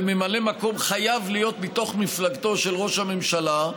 וממלא מקום חייב להיות מתוך מפלגתו של ראש הממשלה,